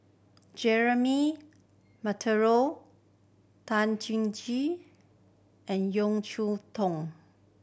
Jeremy Monteiro Tan and Cheow Tong